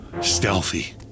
Stealthy